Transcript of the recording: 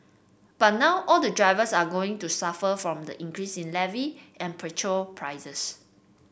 but now all the drivers are going to suffer from the increase in levy and petrol prices